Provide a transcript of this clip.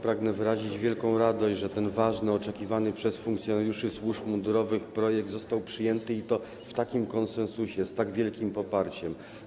Pragnę wyrazić wielką radość, że ten ważny, oczekiwany przez funkcjonariuszy służb mundurowych projekt został przyjęty i to w takim konsensusie, z tak wielkim poparciem.